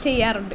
ചെയ്യാറുണ്ട്